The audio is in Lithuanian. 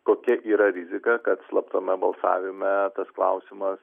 kokia yra rizika kad slaptame balsavime tas klausimas